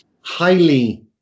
highly